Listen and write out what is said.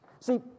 See